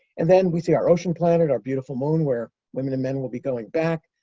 and then we see our ocean planet, our beautiful moon, where women and men will be going back.